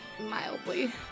mildly